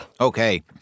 Okay